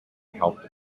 helped